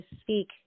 speak